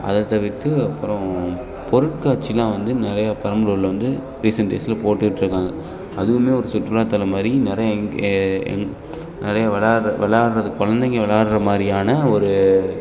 அதைத் தவிர்த்து அப்புறம் பொருட்காட்சியெலாம் வந்து நிறையா பெரம்பலூரில் வந்து ரீசன்ட் டேஸில் போட்டுகிட்டுருக்காங்க அதுவுமே ஒரு சுற்றுலாத் தலம் மாதிரி நிறையா எங்கே எங் நிறைய விளையாட்ற விளையாட்றது கொழந்தைங்க விளையாட்ற மாதிரியான ஒரு